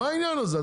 מה העניין הזה?